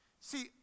See